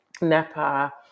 NEPA